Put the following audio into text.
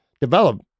develop